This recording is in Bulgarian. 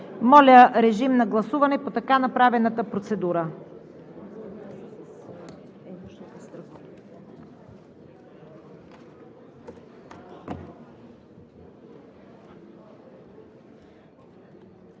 Моля, режим на гласуване по така направената процедура.